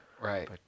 Right